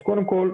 אז קודם כול,